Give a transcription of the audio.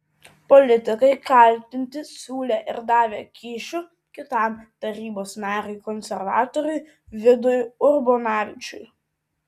politikai kaltinti siūlę ir davę kyšių kitam tarybos nariui konservatoriui vidui urbonavičiui